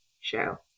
show